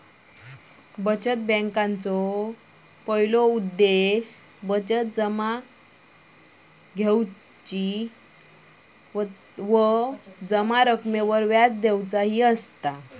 बचत बॅन्कांचा प्राथमिक उद्देश बचत जमा स्विकार करुची, जमा रकमेवर व्याज देऊचा ह्या असता